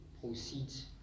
proceeds